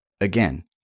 Again